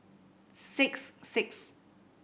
six six